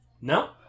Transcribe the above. no